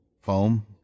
foam